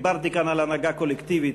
דיברתי כאן על הנהגה קולקטיבית,